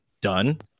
done